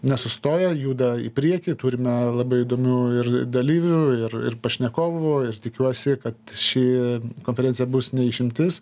nesustoja juda į priekį turime labai įdomių ir dalyvių ir ir pašnekovų tikiuosi kad ši konferencija bus ne išimtis